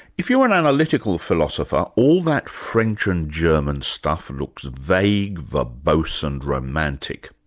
if you're an analytical philosopher, all that french and german stuff looks vague, verbose and romantic.